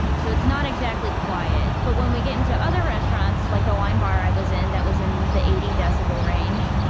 so it's not exactly quiet but when we get into other restaurants, like the wine bar i was in that was in the eighty decibel range.